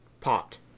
popped